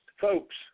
Folks